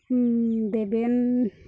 ᱫᱮᱵᱮᱱ